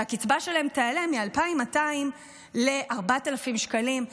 שהקצבה שלהם תעלה מ-2,200 ל-4,000 שקלים.